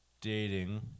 dating